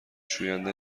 شوینده